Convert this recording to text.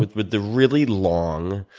were the really long